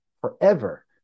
forever